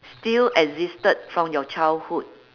still existed from your childhood